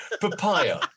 papaya